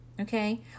Okay